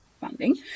funding